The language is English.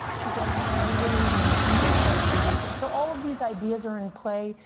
to get them to use it, or even mandate that they use it. so all of these ideas are in play,